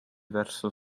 verso